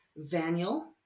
vaniel